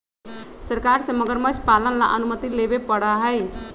सरकार से मगरमच्छ पालन ला अनुमति लेवे पडड़ा हई